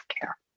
care